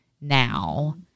now